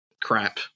crap